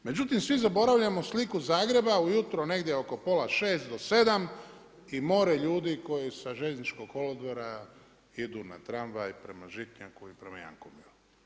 Međutim, svi zaboravljamo sliku Zagreba, ujutro negdje oko pola 6 do 7 i mora ljudi koji sa željezničkog kolodvora idu na tramvaj prema Žitnjaku i prema Jankomiru.